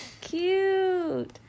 Cute